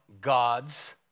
God's